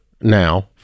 now